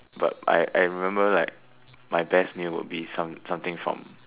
but I I remember like my best meal would be some something from